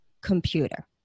computer